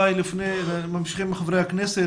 לפני שממשיכים עם חברי הכנסת,